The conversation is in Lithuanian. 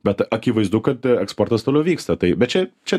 bet akivaizdu kad a eksportas toliau vyksta tai bet čia čia